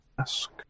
ask